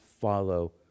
follow